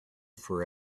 for